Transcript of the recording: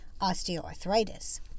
osteoarthritis